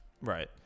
Right